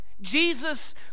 jesus